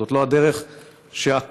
זאת לא הדרך שהקואליציה,